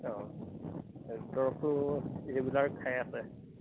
অঁ দৰৱটো ৰেগুলাৰ খাই আছে